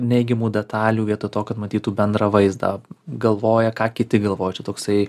neigiamų detalių vietoj to kad matytų bendrą vaizdą galvoja ką kiti galvoja čia toksai